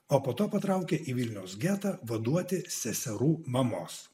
o po to patraukė į vilniaus getą vaduoti seserų mamos